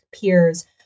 peers